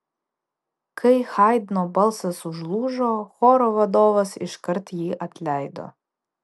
kai haidno balsas užlūžo choro vadovas iškart jį atleido